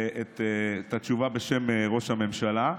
את התשובה בשם ראש הממשלה,